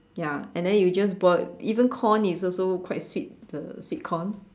ya and then you just boil even corn is also quite sweet the sweet corn